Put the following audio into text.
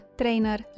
trainer